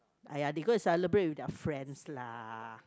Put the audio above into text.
!aiya! they go and celebrate with their friends lah